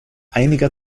einiger